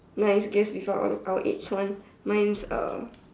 no it's guess this one out our age one mine is a